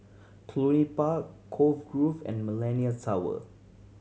Cluny Park Cove Grove and Millenia Tower